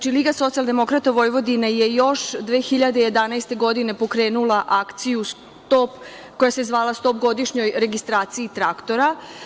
Liga socijaldemokrata Vojvodine je još 2011. godine pokrenula akciju koja se zvala „Stop godišnjoj registraciji traktora“